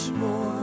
more